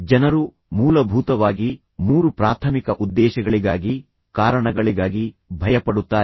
ಜನರು ಮೂಲಭೂತವಾಗಿ ಮೂರು ಪ್ರಾಥಮಿಕ ಉದ್ದೇಶಗಳಿಗಾಗಿ ಕಾರಣಗಳಿಗಾಗಿ ಭಯಪಡುತ್ತಾರೆ